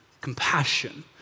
compassion